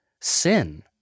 sin